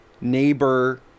neighbor